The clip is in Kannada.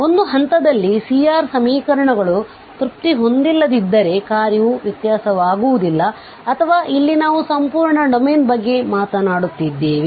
ಆದ್ದರಿಂದ ಒಂದು ಹಂತದಲ್ಲಿ C R ಸಮೀಕರಣಗಳು ತೃಪ್ತಿ ಹೊಂದಿಲ್ಲದಿದ್ದರೆ ಕಾರ್ಯವು ವ್ಯತ್ಯಾಸವಾಗುವುದಿಲ್ಲ ಅಥವಾ ಇಲ್ಲಿ ನಾವು ಸಂಪೂರ್ಣ ಡೊಮೇನ್ ಬಗ್ಗೆ ಮಾತನಾಡುತ್ತಿದ್ದೇವೆ